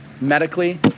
medically